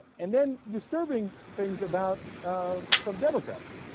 and then disturbing things about ah. some democrats